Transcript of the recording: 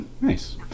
nice